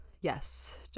yes